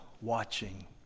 watching